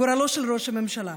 גורלו של ראש הממשלה.